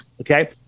Okay